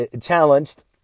challenged